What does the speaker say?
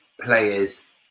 players